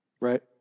Right